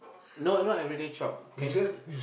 no not everyday chop can still